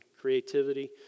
creativity